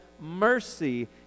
mercy